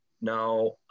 Now